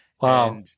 Wow